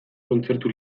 kontzertu